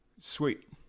Sweet